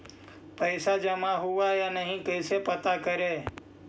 पैसा जमा हुआ या नही कैसे पता करे?